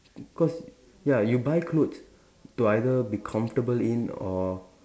cause ya you buy clothes to either be comfortable in or